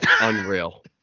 unreal